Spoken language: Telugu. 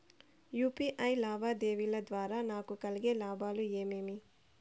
యు.పి.ఐ లావాదేవీల ద్వారా నాకు కలిగే లాభాలు ఏమేమీ?